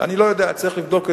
אני לא יודע, צריך לבדוק את זה.